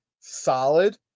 solid